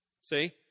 See